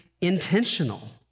intentional